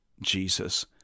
Jesus